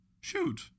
Shoot